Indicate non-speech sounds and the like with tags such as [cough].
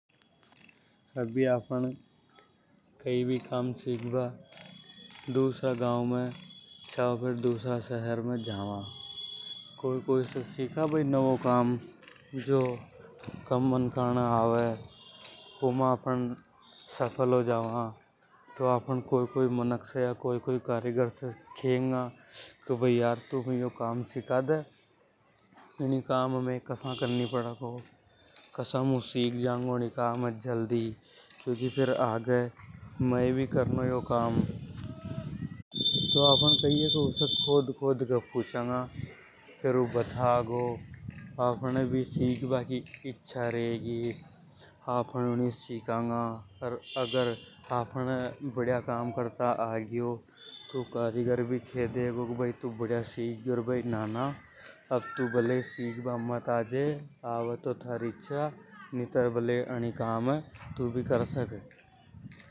अभी आपन कई भी कम सिख बा दूसरा गांव में ,या दूसरा शहर में जांव। कोई कोई से सीखा भई नावों काम, जो कम मनका ने आवे जीमे आपन सफल हो जावा। तो आपन कोई कोई मानक, कारीगर से खेंगा। के भय तू में यो काम सिखा दे इनि काम ये मै कसा करनी पढ़ेगा। [noise] कसा मु सिख जाऊंगा जल्दी क्यूंकि मै भी कारणों आगे यो काम। [noise] तो आपन उसे खोद खोद के पूछांगा फेर ऊ बता हो अपनी भी इच्छा रेगी सिख बा की। अर आपन ऊनिये सीखेगा। ऊ कारीगर भी खे देगो के भय तू सिख गयो रे भई नाना। अब तो सिख बा मत आजे बलिए। [unintelligible]